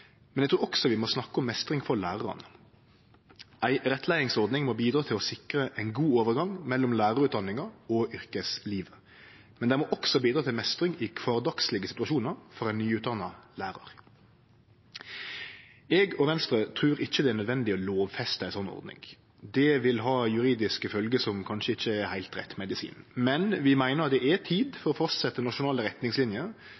Men eg trur også vi må snakke om meistring for lærarane. Ei rettleiingsordning må bidra til å sikre ein god overgang mellom lærarutdanninga og yrkeslivet, men ho må også bidra til meistring i kvardagslege situasjonar for ein nyutdanna lærar. Eg og Venstre trur ikkje det er nødvendig å lovfeste ei slik ordning. Det vil ha juridiske følgjer som kanskje ikkje er heilt rett medisin. Men vi meiner det er tid